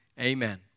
Amen